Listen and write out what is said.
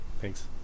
Thanks